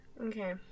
Okay